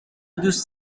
دوست